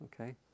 okay